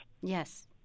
Yes